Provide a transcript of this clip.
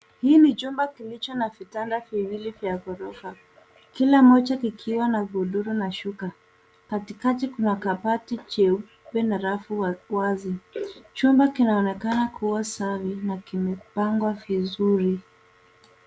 Hii ni chumba kilicho na vitanda viwili vya ghorofa, kila moja kikiwa na godoro na shuka. Katikati kuna kabati cheupe na rafu wazi. Chumba kinaonekana kuwa safi na kimepangwa vizuri.